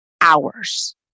hours